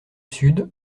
sud